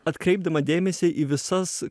atkreipdama dėmesį į visas